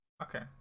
Okay